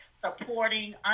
Supporting